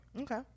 Okay